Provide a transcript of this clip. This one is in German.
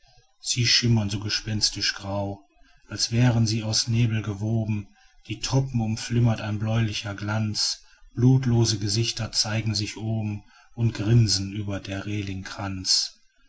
sie schimmern so gespenstisch grau als wären sie aus nebel gewoben die toppen umflimmert ein bläulicher glanz blutlose gesichter zeigen sich oben und grinsen über der